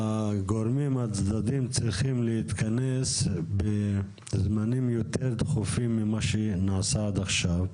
הצדדים צריכים להתכנס בזמנים יותר תכופים ממה שנעשה עד עכשיו.